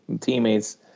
teammates